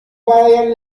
برایم